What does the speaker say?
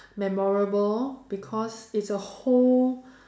memorable because it's a whole